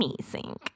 amazing